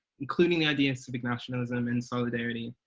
including ideas to bring nationalism, and solidarity,